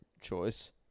choice